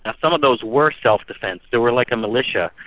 ah some of those were self-defence, they were like a militia,